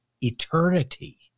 eternity